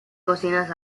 cocinas